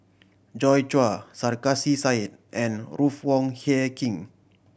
Joi Chua Sarkasi Said and Ruth Wong Hie King